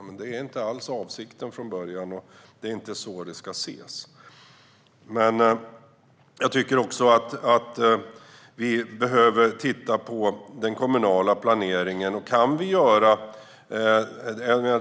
Men det är inte alls avsikten från början, och det är inte så det ska ses. Vi behöver också titta på den kommunala planeringen.